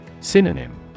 Synonym